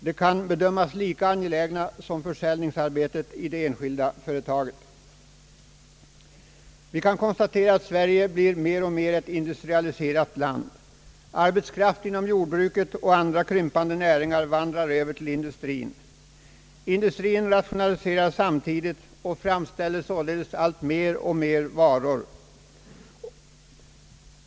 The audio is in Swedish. De kan bedömas lika angelägna som försäljningsarbetet i det enskilda företaget. Vi kan konstatera att Sverige blir ett mer och mer industrialiserat land. Arbetskraften inom jordbruket och andra krympande näringar vandrar över till industrien. Industrien rationaliseras samtidigt och framställer allt mer varor per anställd.